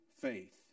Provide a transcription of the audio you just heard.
faith